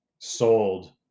sold